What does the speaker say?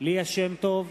ליה שמטוב,